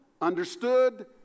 understood